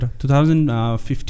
2015